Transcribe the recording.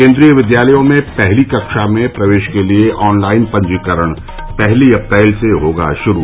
केन्द्रीय विद्यालय में पहली कक्षा में प्रवेश के लिए ऑनलाइन पंजीकरण पहली अप्रैल से होगा श्रू